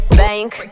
bank